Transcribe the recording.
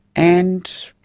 and,